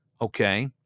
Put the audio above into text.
Okay